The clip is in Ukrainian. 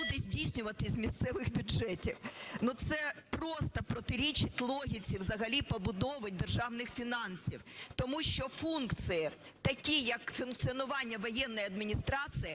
Це просто протирічить логіці взагалі побудови державних фінансів. Тому що функції такі, як функціонування воєнної адміністрації,